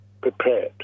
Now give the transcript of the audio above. prepared